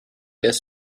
this